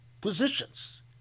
positions